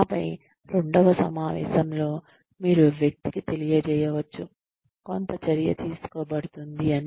ఆపై రెండవ సమావేశంలో మీరు వ్యక్తికి తెలియజేయవచ్చు కొంత చర్య తీసుకోబడుతుంది అని